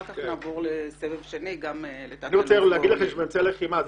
אחר כך נעבור לסבב שני גם --- אני אדבר על נושא אמצעי הלחימה,